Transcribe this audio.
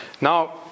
Now